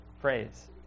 phrase